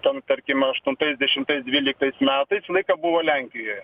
ten tarkime aštuntais dešimtais dvyliktais metais visą laiką buvo lenkijoje